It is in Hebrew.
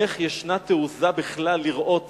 איך יש תעוזה בכלל לראות